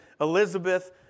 Elizabeth